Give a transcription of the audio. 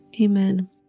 Amen